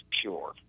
pure